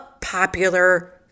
popular